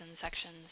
sections